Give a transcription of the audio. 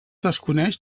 desconeix